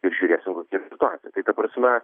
ir žiūrėsim kokia situacija tai ta prasme